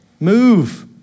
move